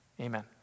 Amen